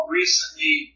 recently